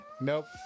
Nope